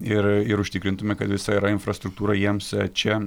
ir ir užtikrintume kad visa yra infrastruktūra jiems čia